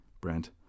Brent